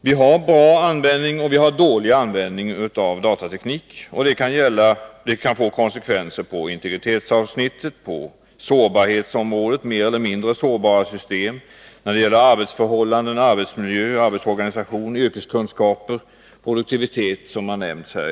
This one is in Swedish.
Vi har bra användning, och vi har dålig användning av datateknik. Det kan få konsekvenser på integritetsavsnittet och på sårbarhetsområdet — vi har mer eller mindre sårbara system. Som har nämnts i debatten får tekniken ofta konsekvenser på arbetsförhållanden — arbetsmiljö, arbetsorganisation — på yrkeskunskaper och på produktivitet.